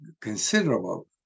considerable